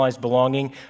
Belonging